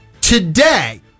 Today